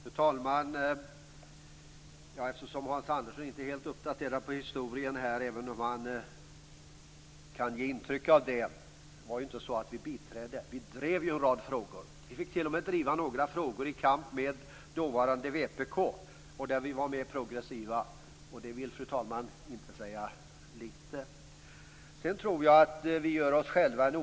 Fru talman! Hans Andersson är inte helt uppdaterad när det gäller historien, även om han kan ge intryck av det. Vi biträdde inte arbetsrättsreformeringen, vi drev en rad frågor. Vi fick t.o.m. driva några frågor, där vi var mer progressiva, i kamp med dåvarande vpk. Det vill inte säga lite. Fru talman!